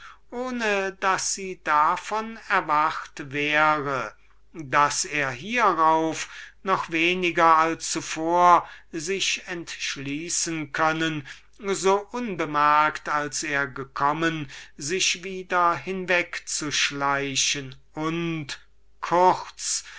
ohne daß sie daran erwacht wäre daß er hierauf noch weniger als zuvor sich entschließen können so unbemerkt als er gekommen sich wieder hinwegzuschleichen und kurz